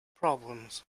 problems